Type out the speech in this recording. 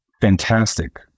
fantastic